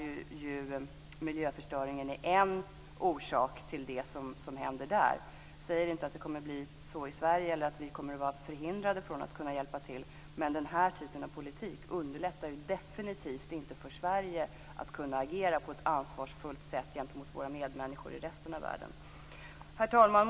Miljöförstöringen är en orsak till det som händer där. Jag säger inte att det kommer att bli så i Sverige eller att vi kommer att vara förhindrade från att hjälpa till, men den typen av politik underlättar definitivt inte för Sverige att agera på ett ansvarsfullt sätt gentemot våra medmänniskor i resten av världen. Herr talman!